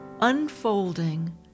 unfolding